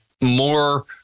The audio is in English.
more